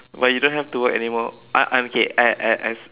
but you don't have to work anymore I I I'm okay I I